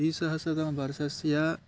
द्विसहस्रतमवर्षस्य